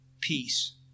peace